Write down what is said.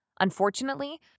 Unfortunately